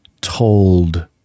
told